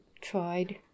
tried